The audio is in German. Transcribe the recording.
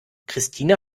christina